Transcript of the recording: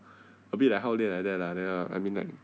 a bit like 好恋 like that lah then I mean like